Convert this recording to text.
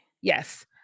Yes